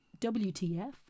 WTF